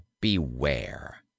beware